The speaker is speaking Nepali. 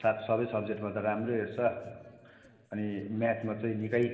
सबै सब्जेक्टमा त राम्रै रहेछ अनि म्याथमा त निकै